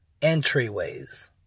entryways